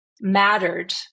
mattered